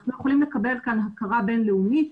אנחנו יכולים לקבל כאן הכרה בין-לאומית.